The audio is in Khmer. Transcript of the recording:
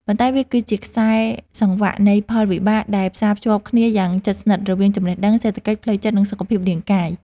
ប៉ុន្តែវាគឺជាខ្សែសង្វាក់នៃផលវិបាកដែលផ្សារភ្ជាប់គ្នាយ៉ាងជិតស្និទ្ធរវាងចំណេះដឹង សេដ្ឋកិច្ច ផ្លូវចិត្ត និងសុខភាពរាងកាយ។